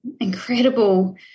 incredible